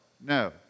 no